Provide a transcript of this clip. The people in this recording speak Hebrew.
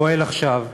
פועל עכשיו,